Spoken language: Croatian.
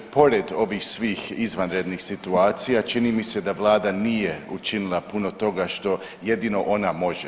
Pored ovih svih izvanrednih situacija čini mi se da vlada nije učinila puno toga što jedino ona može.